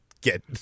get